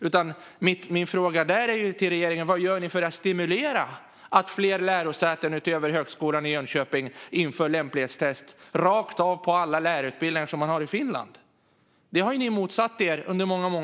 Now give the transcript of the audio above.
Min fråga till regeringen när det gäller det är vad de gör för att stimulera att lärosäten utöver högskolan i Jönköping ska införa lämplighetstest rakt av på alla lärarutbildningar, som man har i Finland. Det har regeringen motsatt sig under många år.